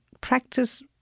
practice